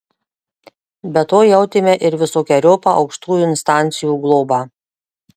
be to jautėme ir visokeriopą aukštųjų instancijų globą